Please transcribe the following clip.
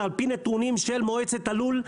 על פי נתונים של מועצת הלול,